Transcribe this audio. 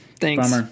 Thanks